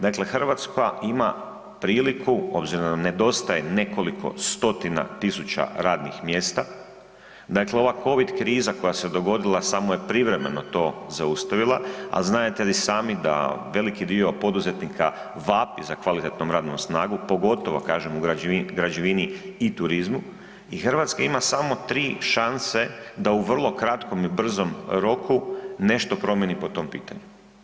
Dakle, Hrvatska ima priliku obzirom da nam nedostaje nekoliko stotina tisuća radnih mjesta, dakle ova Covid kriza koja se je dogodila samo je privremeno to zaustavila, a znadete i sami da veliki dio poduzetnika vapi za kvalitetnom radnom snagom pogotovo kažem u građevini i turizmu i Hrvatska ima samo 3 šanse da u vrlo kratkom i brzom roku nešto promijeni po tom pitanju.